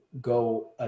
go